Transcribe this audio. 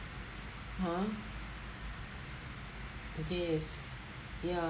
ha yes ya